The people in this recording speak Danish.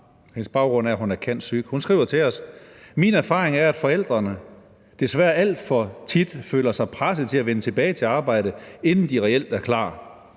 Hun skriver til os: Min erfaring er, at forældrene desværre alt for tit føler sig presset til at vende tilbage til arbejdet, inden de reelt er klar.